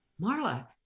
Marla